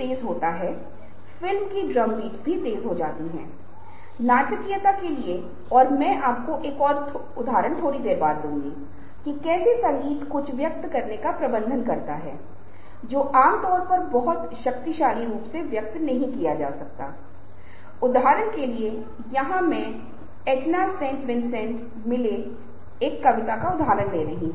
अनुसरण कर सकते हैं मैं आपको लिंक कर सकता हूं कुछ YouTube वीडियोस के साथ जो आपको इस बारे में कुछ विचार देंगे